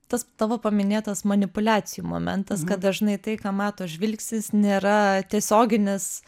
tas tavo paminėtas manipuliacijų momentas kad dažnai tai ką mato žvilgsnis nėra tiesioginis